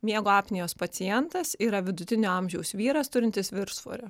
miego apnėjos pacientas yra vidutinio amžiaus vyras turintis viršsvorio